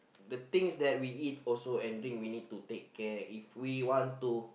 the things that we eat also and drink we need to take care if we want to